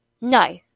No